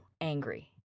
angry